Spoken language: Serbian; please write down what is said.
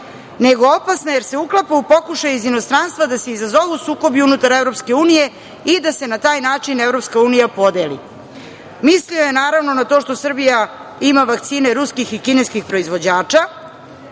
nego opasna, jer se uklapa u pokušaj iz inostranstva da se izazovu sukobi unutar EU i da se na taj način EU podeli. Mislio je, naravno, na to što Srbija ima vakcine ruskih i kineskih proizvođača.